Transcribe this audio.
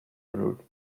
prudes